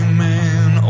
man